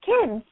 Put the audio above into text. kids